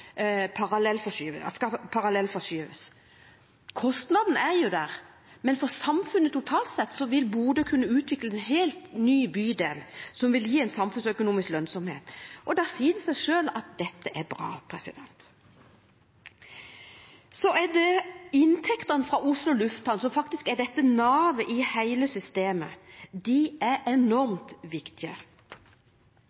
parallellforskyve rullebanen. Kostnaden er der, men for samfunnet totalt sett vil Bodø kunne utvikle en helt ny bydel, som vil gi en samfunnsøkonomisk lønnsomhet. Da sier det seg selv at dette er bra. Så har man inntektene fra Oslo lufthavn, som faktisk er navet i hele systemet. De er